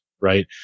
right